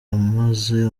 amaze